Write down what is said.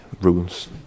rules